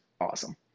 awesome